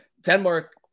Denmark